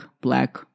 black